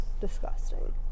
disgusting